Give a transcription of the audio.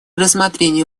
рассмотрении